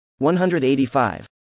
185